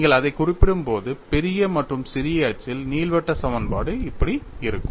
நீங்கள் அதைக் குறிப்பிடும்போது பெரிய மற்றும் சிறிய அச்சில் நீள்வட்ட சமன்பாடு இப்படி இருக்கும்